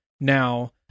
now